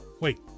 Wait